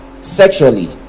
sexually